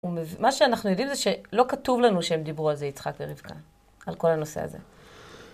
מה שאנחנו יודעים זה שלא כתוב לנו שהם דיברו על זה, יצחק ורבקה, על כל הנושא הזה.